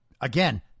again